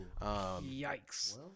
Yikes